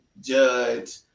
judge